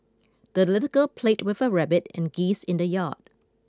the little girl played with her rabbit and geese in the yard